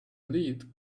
lead